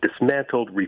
dismantled